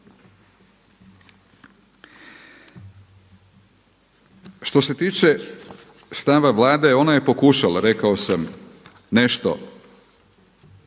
Što se tiče stava Vlade ona je pokušala rekao sam nešto